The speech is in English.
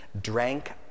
drank